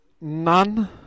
none